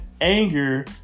anger